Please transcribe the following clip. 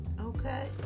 Okay